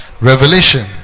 revelation